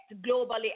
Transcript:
globally